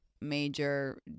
major